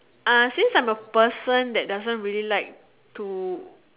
uh since I'm a person that doesn't really like to